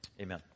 Amen